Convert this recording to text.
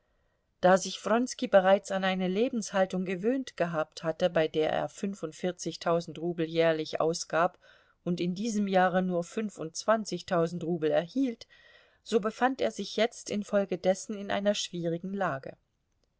da sich wronski bereits an eine lebenshaltung gewöhnt gehabt hatte bei der er fünfundvierzigtausend rubel jährlich ausgab und in diesem jahre nur fünfundzwanzigtausend rubel erhielt so befand er sich jetzt infolgedessen in einer schwierigen lage